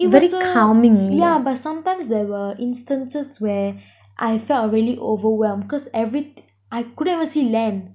it was a yeah but sometimes there were instances where I felt really overwhelmed cause every thi~ I couldn't even see land